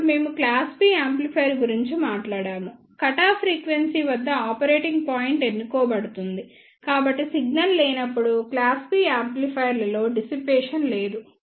అప్పుడు మేము class B amplifier గురించి మాట్లాడాము కటాఫ్ ఫ్రీక్వెన్సీ వద్ద ఆపరేటింగ్ పాయింట్ ఎన్నుకోబడుతుంది కాబట్టి సిగ్నల్ లేనప్పుడు క్లాస్ B యాంప్లిఫైయర్లలో డిసిపేషన్ లేదు